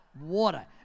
Water